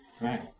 Right